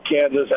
Kansas